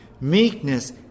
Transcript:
meekness